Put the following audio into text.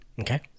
Okay